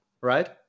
right